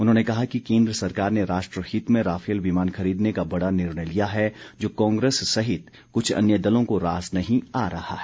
उन्होंने कहा कि केन्द्र सरकार ने राष्ट्रहित में राफेल विमान खरीदने का बड़ा निर्णय लिया है जो कांग्रेस सहित कुछ अन्य दलों को रास नहीं आ रहा है